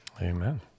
amen